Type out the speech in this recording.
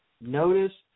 notice